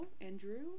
Andrew